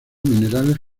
minerales